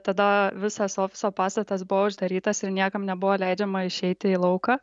tada visas ofiso pastatas buvo uždarytas ir niekam nebuvo leidžiama išeiti į lauką